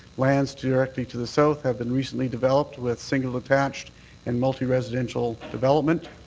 lands directly to the south have been recently developed with single detached and multi-residential development.